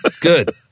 Good